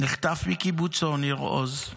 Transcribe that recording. נחטף מקיבוצו ניר עוז,